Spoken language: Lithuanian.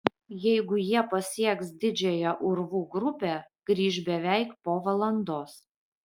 jeigu jie pasieks didžiąją urvų grupę grįš beveik po valandos